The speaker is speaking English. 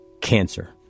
cancer